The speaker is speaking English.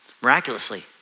miraculously